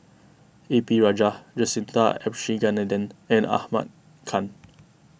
A P Rajah Jacintha Abisheganaden and Ahmad Khan